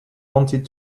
wanted